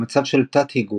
במצב של תת-היגוי,